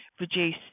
reduce